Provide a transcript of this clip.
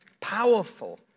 Powerful